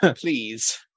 please